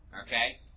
okay